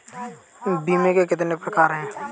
बीमे के कितने प्रकार हैं?